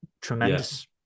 tremendous